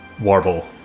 Warble